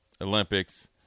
Olympics –